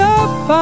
up